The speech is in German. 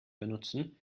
benutzen